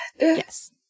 yes